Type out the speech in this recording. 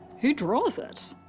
who draws it?